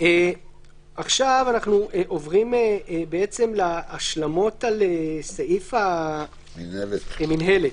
עכשיו אנחנו עוברים להשלמות על סעיף המינהלת.